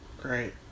Great